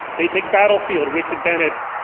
they take battlefield which had been at